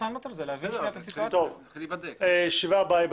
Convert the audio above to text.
ייבדק בישיבה הבאה.